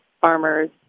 farmers